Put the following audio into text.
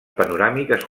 panoràmiques